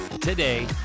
today